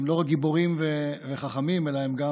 הם לא רק גיבורים וחכמים אלא הם גם